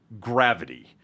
gravity